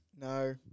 No